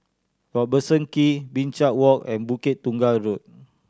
Robertson Quay Binchang Walk and Bukit Tunggal Road